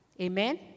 Amen